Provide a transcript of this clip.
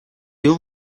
algún